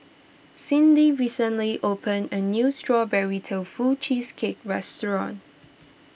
Cydney recently opened a new Strawberry Tofu Cheesecake restaurant